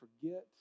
forget